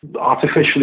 artificially